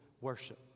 worship